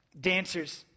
dancers